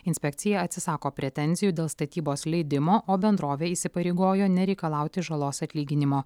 inspekcija atsisako pretenzijų dėl statybos leidimo o bendrovė įsipareigojo nereikalauti žalos atlyginimo